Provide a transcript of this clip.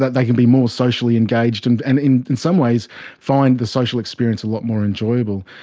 they can be more socially engaged, and and in in some ways find the social experience a lot more enjoyable.